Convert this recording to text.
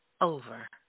over